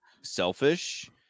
selfish